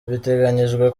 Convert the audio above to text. biteganyijwe